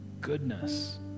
goodness